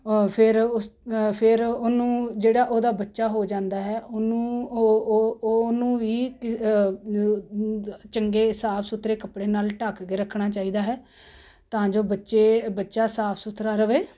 ਫਿਰ ਉਸ ਫਿਰ ਉਹਨੂੰ ਜਿਹੜਾ ਉਹਦਾ ਬੱਚਾ ਹੋ ਜਾਂਦਾ ਹੈ ਉਹਨੂੰ ਉਹ ਉਹ ਉਹ ਉਹਨੂੰ ਵੀ ਚੰਗੇ ਸਾਫ ਸੁਥਰੇ ਕੱਪੜੇ ਨਾਲ ਢੱਕ ਕੇ ਰੱਖਣਾ ਚਾਹੀਦਾ ਹੈ ਤਾਂ ਜੋ ਬੱਚੇ ਬੱਚਾ ਸਾਫ ਸੁਥਰਾ ਰਹੇ